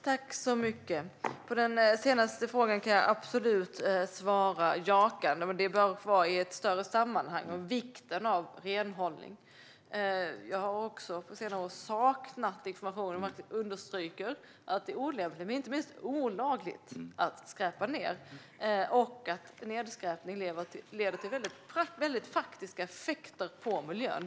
Fru talman! På den senaste frågan kan jag absolut svara jakande. Men det bör vara i ett större sammanhang med vikten av renhållning. Jag har på senare år saknat information som understryker att det är olämpligt och inte minst olagligt att skräpa ned och att nedskräpning leder till väldigt faktiska effekter på miljön.